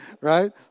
right